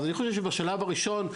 אני חושב שבשלב הראשון,